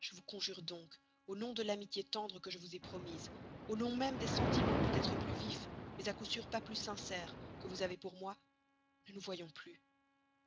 je vous conjure donc au nom de l'amitié tendre que je vous ai promise au nom même des sentiments peut-être plus vifs mais à coup sûr pas plus sincères que vous avez pour moi ne nous voyons plus